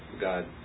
God